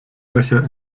löcher